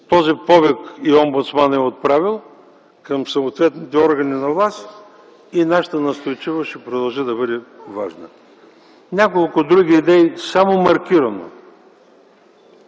Този повик и омбудсманът е отправил към съответните органи на власт и нашата настойчивост ще продължи да бъде важна. Няколко други идеи, само маркирано